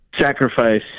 sacrifice